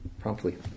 promptly